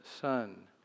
son